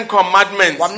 Commandments